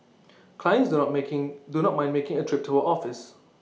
clients do not making do not mind making A trip to her office